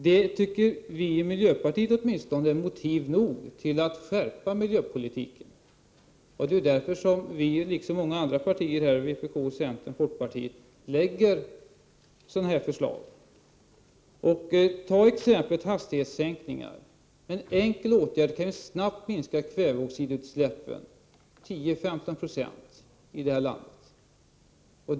Det som hänt tycker vi i miljöpartiet är motiv nog för att skärpa miljöpolitiken. Det är därför som vi liksom vpk, centern och folkpartiet har lagt fram sådana förslag. En enkel åtgärd är exempelvis att sänka hastigheterna, vilket snabbt skulle minska kväveoxidutsläppen med 10—15 90 i landet.